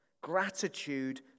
Gratitude